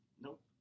Nope